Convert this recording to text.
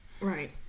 right